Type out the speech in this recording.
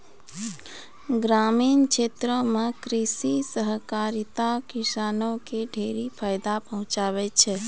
ग्रामीण क्षेत्रो म कृषि सहकारिता किसानो क ढेरी फायदा पहुंचाबै छै